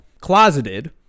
Closeted